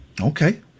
Okay